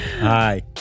Hi